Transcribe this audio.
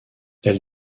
elle